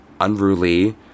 unruly